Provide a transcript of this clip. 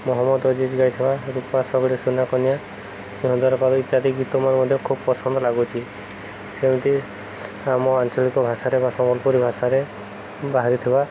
ମହମ୍ମଦ ଅଜିଜ୍ ଗାଇଥିବା ରୂପା ସବାରୀ ସୁନା କନିଆ ସିନ୍ଦୁର ଫରୁଆ ଇତ୍ୟାଦି ଗୀତ ମ ମଧ୍ୟ ଖୁବ ପସନ୍ଦ ଲାଗୁଛି ସେମିତି ଆମ ଆଞ୍ଚଳିକ ଭାଷାରେ ବା ସମ୍ବଲପୁରୀ ଭାଷାରେ ବାହାରିଥିବା